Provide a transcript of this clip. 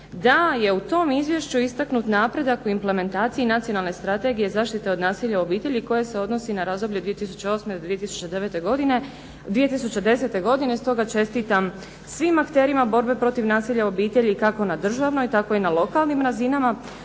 da je u tom izvješću istaknut napredak u implementaciji Nacionalne strategije zaštite od nasilja u obitelji koje se odnosi na razdoblje 2008., 2009., 2010. godine. Stoga čestitam svim akterima borbe protiv nasilja u obitelji kako na državnoj tako i na lokalnim razinama